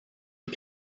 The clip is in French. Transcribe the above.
des